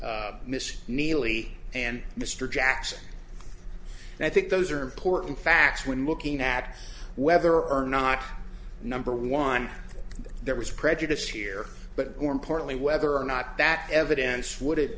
between miss neely and mr jackson and i think those are important facts when looking at whether or not number one there was prejudice here but more importantly whether or not that evidence would